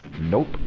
Nope